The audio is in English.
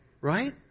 right